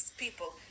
people